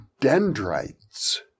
Dendrites